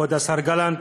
כבוד השר גלנט,